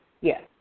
yes